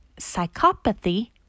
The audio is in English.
psychopathy